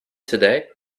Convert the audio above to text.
today